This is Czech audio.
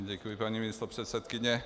Děkuji, paní místopředsedkyně.